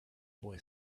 boy